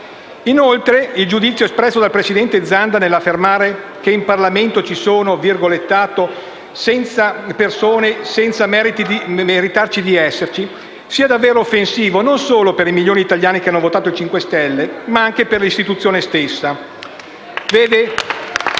che il giudizio espresso dal presidente Zanda nell'affermare che in Parlamento ci siano persone «senza meritare di esserci» sia davvero offensivo, non solo per i milioni di italiani che hanno votato il Movimento 5 Stelle, ma anche per l'Istituzione stessa.